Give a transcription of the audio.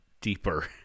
deeper